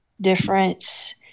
difference